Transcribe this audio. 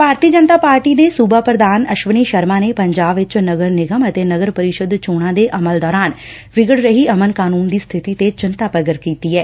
ਭਾਰਤੀ Janata party ਦੇ ਸੂਬਾ ਪ੍ਧਾਨ ਅਸ਼ਵਨੀ ਸ਼ਰਮਾ ਨੇ ਪੰਜਾਬ ਵਿਚ ਨਗਰ ਨਿਗਮ ਅਤੇ ਨਗਰ ਪਰਿਸ਼ਦ ਚੋਣਾਂ ਦੇ ਅਮਲ ਦੌਰਾਨ ਵਿਗੜ ਰਹੀ ਅਮਨ ਕਾਨੂੰਨ ਦੀ ਸਥਿਤੀ ਤੇ ਚਿੰਤਾ ਪ੍ਗਟ ਕੀਤੀ ਐ